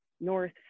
North